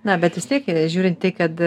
na bet vis tiek žiūrint į tai kad